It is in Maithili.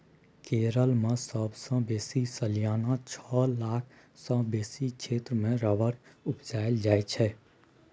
केरल मे सबसँ बेसी सलियाना छअ लाख सँ बेसी क्षेत्र मे रबर उपजाएल जाइ छै